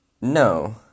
No